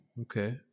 Okay